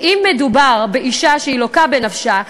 ואם מדובר באישה שהיא לוקה בנפשה,